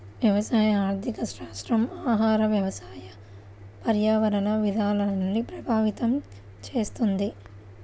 వ్యవసాయ ఆర్థికశాస్త్రం ఆహార, వ్యవసాయ, పర్యావరణ విధానాల్ని ప్రభావితం చేస్తుంది